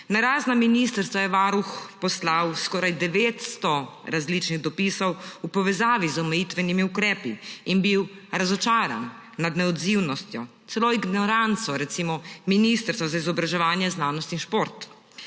Na razna ministrstva je Varuh poslal skoraj 900 različnih dopisov v povezavi z omejitvenimi ukrepi in bil razočaran nad neodzivnostjo, celo ignoranco recimo Ministrstva za izobraževanje, znanost in šport.